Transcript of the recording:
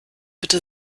bitte